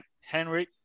Henry